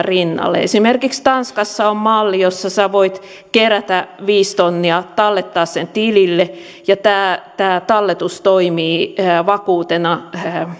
rinnalle esimerkiksi tanskassa on malli jossa sinä voit kerätä viisi tonnia tallettaa sen tilille ja tämä tämä talletus toimii vakuutena